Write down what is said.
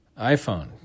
iPhone